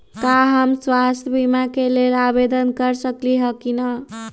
का हम स्वास्थ्य बीमा के लेल आवेदन कर सकली ह की न?